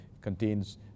contains